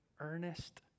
earnest